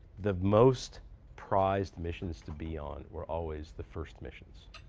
the most prized missions to be on were always the first missions.